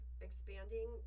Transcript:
expanding